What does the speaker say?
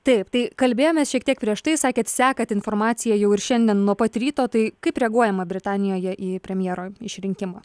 taip tai kalbėjomės šiek tiek prieš tai sakėt sekat informaciją jau ir šiandien nuo pat ryto tai kaip reaguojama britanijoje į premjero išrinkimą